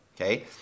okay